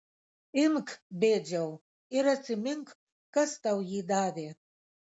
imk bėdžiau ir atsimink kas tau jį davė